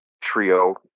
trio